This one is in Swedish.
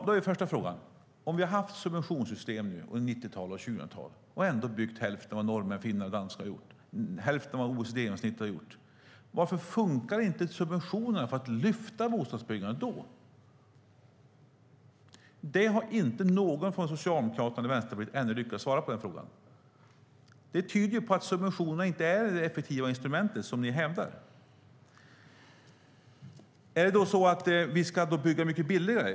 Då är första frågan: Om vi har haft subventionssystem nu under 1990-talet och 2000-talet och ändå byggt hälften av vad norrmän, finnar och danskar har gjort, och hälften av vad OECD-genomsnittet har gjort, varför funkar inte subventionerna för att lyfta bostadsbyggandet? Den frågan har inte någon från Socialdemokraterna eller Vänsterpartiet ännu lyckats svara på. Det tyder på att subventionerna inte är det effektiva instrument som ni hävdar. Ska vi då börja bygga mycket billigare?